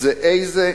זה איזה,